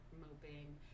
moping